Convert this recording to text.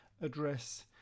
address